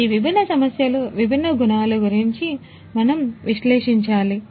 ఈ విభిన్న సమస్యలు విభిన్న గుణాలు గురించి మనము విశ్లేషించాలి